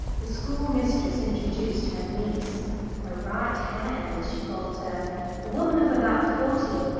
the school-mistress introduced her niece her right hand, as she called her a woman of about forty,